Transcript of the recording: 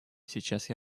сейчас